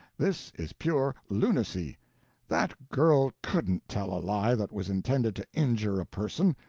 this is pure lunacy that girl couldn't tell a lie that was intended to injure a person.